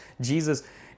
Jesus